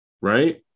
right